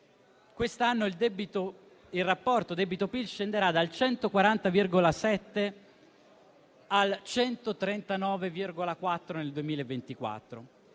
quest'anno il rapporto debito-PIL scenderà dal 140,7 al 139,4 nel 2024